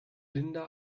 linda